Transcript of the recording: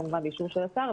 כמובן באישור של השר,